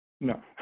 No